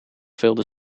vulde